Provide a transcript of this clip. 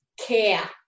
care